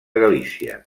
galícia